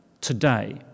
today